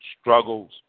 struggles